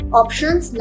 options